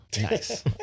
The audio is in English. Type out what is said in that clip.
Nice